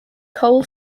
coal